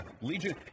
Legion